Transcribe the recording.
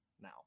now